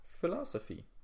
philosophy